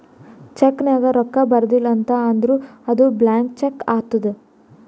check ನಾಗ್ ರೊಕ್ಕಾ ಬರ್ದಿಲ ಅಂತ್ ಅಂದುರ್ ಅದು ಬ್ಲ್ಯಾಂಕ್ ಚೆಕ್ ಆತ್ತುದ್